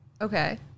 Okay